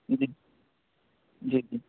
جی جی جی